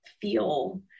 feel